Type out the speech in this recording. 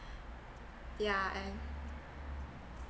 yeah and